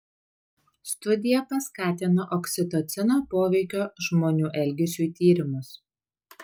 studija paskatino oksitocino poveikio žmonių elgesiui tyrimus